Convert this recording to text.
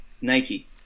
Nike